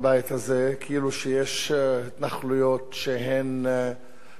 כאילו יש התנחלויות שהן חוקיות,